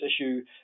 issue